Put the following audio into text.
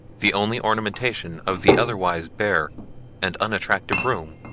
the only ornamentation of the otherwise bare and unattractive room.